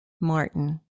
Martin